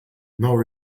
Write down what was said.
nor